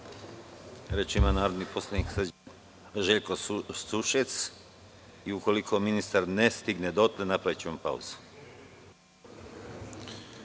Reč ima narodni poslanik Željko Sušec. Ukoliko ministar ne stigne dotle, napravićemo pauzu.